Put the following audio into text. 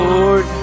Lord